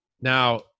Now